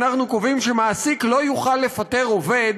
אנחנו קובעים שמעסיק לא יוכל לפטר עובד